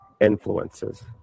influences